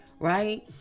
right